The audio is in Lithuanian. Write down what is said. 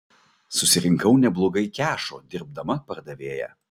susirinkau neblogai kešo dirbdama pardavėja